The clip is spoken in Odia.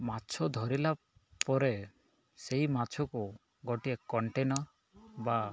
ମାଛ ଧରିଲା ପରେ ସେଇ ମାଛକୁ ଗୋଟିଏ କଣ୍ଟେନର୍ ବା